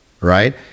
right